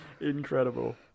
incredible